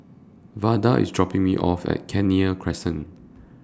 Vada IS dropping Me off At Kenya Crescent